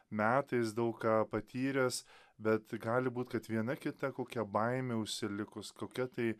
metais daug ką patyręs bet gali būt kad viena kita kokia baimė užsilikus kokia tai